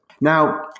Now